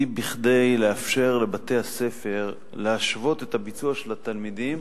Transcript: לאפשר לבתי-הספר להשוות את הביצוע של התלמידים